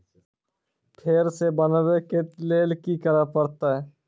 फेर सॅ बनबै के लेल की करे परतै?